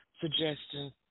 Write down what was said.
suggestions